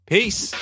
Peace